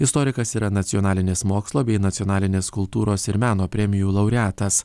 istorikas yra nacionalinės mokslo bei nacionalinės kultūros ir meno premijų laureatas